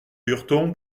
lurton